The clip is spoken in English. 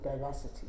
diversity